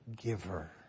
giver